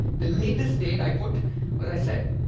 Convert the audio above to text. the latest date i put was, i said,